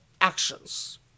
actions